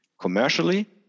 Commercially